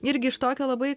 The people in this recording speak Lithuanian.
irgi iš tokio labai